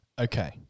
Okay